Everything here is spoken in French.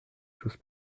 choses